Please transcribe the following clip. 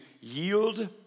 yield